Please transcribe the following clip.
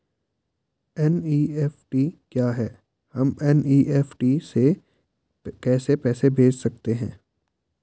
NEFT क्या है हम एन.ई.एफ.टी से कैसे पैसे भेज सकते हैं?